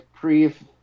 brief